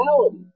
reality